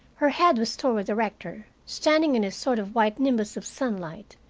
her head was toward the rector, standing in a sort of white nimbus of sunlight,